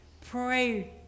pray